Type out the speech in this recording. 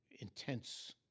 intense